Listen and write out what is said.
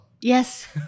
Yes